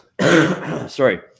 sorry